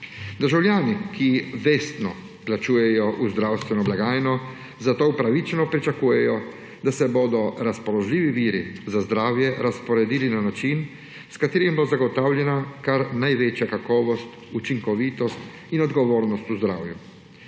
Državljani, ki vestno plačujejo v zdravstveno blagajno, zato upravičeno pričakujejo, da se bodo razpoložljivi viri za zdravje razporedili na način, s katerim bo zagotovljena kar največja kakovost, učinkovitost in odgovornost v zdravju.